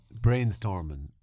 brainstorming